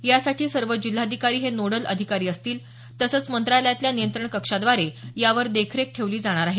यासाठी सर्व जिल्हाधिकारी हे नोडल अधिकारी असतील तसंच मंत्रालयातल्या नियंत्रण कक्षाद्वारे यावर देखरेख ठेवली जाणार आहे